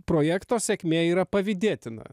projekto sėkmė yra pavydėtina